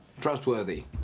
trustworthy